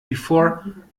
before